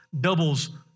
doubles